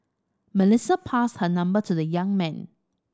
Melissa passed her number to the young man